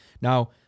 now